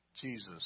Jesus